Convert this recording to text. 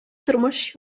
тормыш